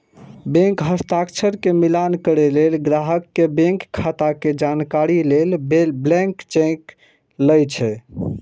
bank हस्ताक्षर के मिलान करै लेल, ग्राहक के बैंक खाता के जानकारी लेल ब्लैंक चेक लए छै